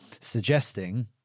suggesting